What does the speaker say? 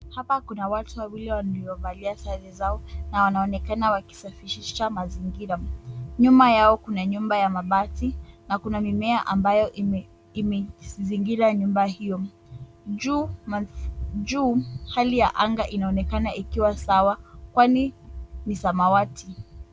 Hapa kuna watu wawili waliovalia sare zao na wanaonekana wakisafisha mazingira . Nyuma yao kuna nyumba ya mabati na kuna mimea ambayo imezingira nyumba hiyo . Juu hali ya anga inaonekana ikiwa sawa kwani ni samawati.